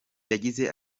yagize